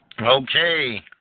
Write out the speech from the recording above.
Okay